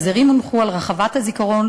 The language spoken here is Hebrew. והזרים הונחו על רחבת הזיכרון,